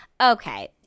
okay